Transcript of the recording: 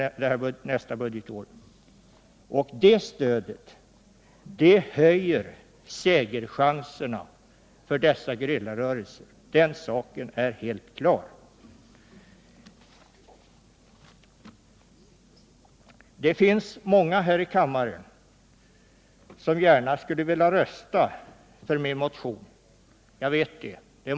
Och den saken är klar att detta stöd höjer segerchanserna för dessa gerillarörelser. Många ledamöter har sagt att de skulle vilja rösta för min motion.